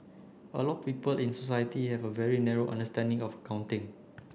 a lot of people in society have a very narrow understanding of accounting